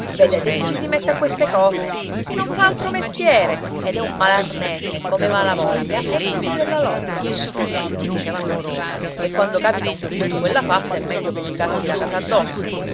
vedete chi ci si mette a queste cose chi non fa altro mestiere ed è un malarnese come malavoglia e il figlio della locca tutti dicevano di sì che quando capita un figlio di quella fatta è meglio che gli caschi la casa addosso